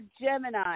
Gemini